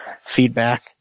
Feedback